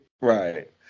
Right